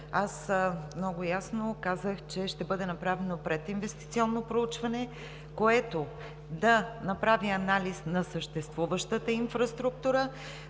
много ясно казах, че ще бъде направено прединвестиционно проучване, което да направи анализ на съществуващата инфраструктура,